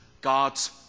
God's